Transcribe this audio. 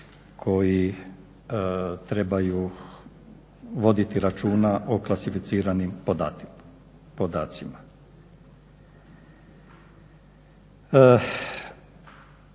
koji trebaju voditi računa o klasificiranim podacima.